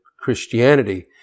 Christianity